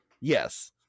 Yes